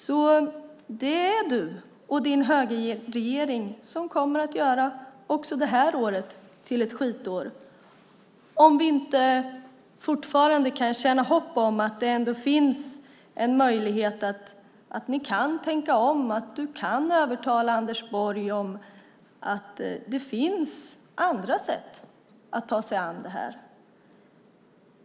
Det är alltså du och din högerregering som kommer att göra även detta år till ett skitår - om vi inte kan hoppas på möjligheten att ni tänker om, att du kan övertyga Anders Borg om att det finns andra sätt att ta sig an frågan.